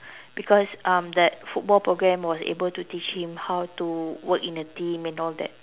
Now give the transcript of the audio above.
because um that football programme was able to teach him how to work in a team and all that